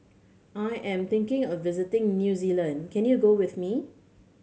I am thinking of visiting New Zealand can you go with me